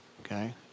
okay